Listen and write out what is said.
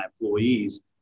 employees